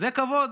זה כבוד?